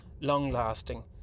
long-lasting